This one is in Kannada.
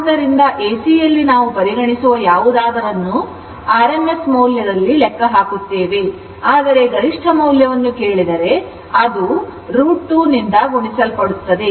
ಆದ್ದರಿಂದ ಎಸಿ ಯಲ್ಲಿ ನಾವು ಪರಿಗಣಿಸುವ ಯಾವುದನ್ನಾದರೂ rms ಮೌಲ್ಯದಲ್ಲಿ ಲೆಕ್ಕ ಹಾಕುತ್ತೇವೆ ಆದರೆ ಗರಿಷ್ಠ ಮೌಲ್ಯವನ್ನು ಕೇಳಿದರೆ ಅದು √2 ನಿಂದ ಗುಣಿಸಲ್ಪಡುತ್ತದೆ